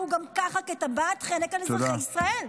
והוא גם ככה כטבעת חנק על אזרחי ישראל.